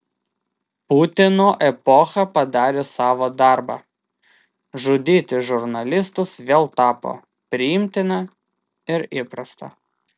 putino epocha padarė savo darbą žudyti žurnalistus vėl tapo priimtina ir įprasta